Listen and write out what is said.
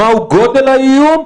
מהו גודל האיום,